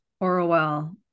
Orwell